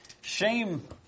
Shame